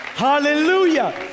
Hallelujah